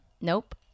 Nope